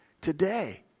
today